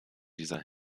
dieser